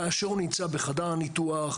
כאשר הוא נמצא בחדר הניתוח,